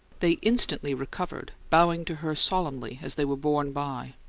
they instantly recovered, bowing to her solemnly as they were borne by,